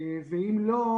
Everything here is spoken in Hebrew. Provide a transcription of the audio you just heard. ואם לא,